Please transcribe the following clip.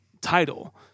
title